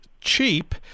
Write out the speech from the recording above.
cheap